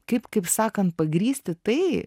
kaip kaip sakant pagrįsti tai